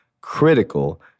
critical